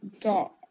Got